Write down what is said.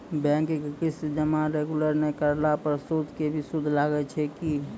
Bank के किस्त जमा रेगुलर नै करला पर सुद के भी सुद लागै छै कि?